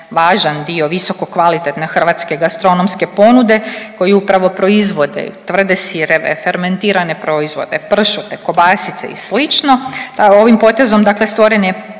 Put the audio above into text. dio visoko kvalitetne hrvatske gastronomske ponude, koji upravo proizvode tvrde sireve, fermentirane proizvode, pršute, kobasice i sl. Ovim potezom dakle stvoren je